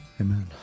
amen